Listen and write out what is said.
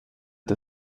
the